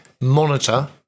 monitor